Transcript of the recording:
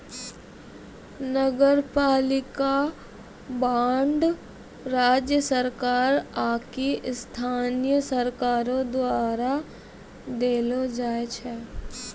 नगरपालिका बांड राज्य सरकार आकि स्थानीय सरकारो द्वारा देलो जाय छै